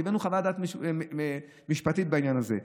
הבאנו חוות דעת משפטית בעניין הזה.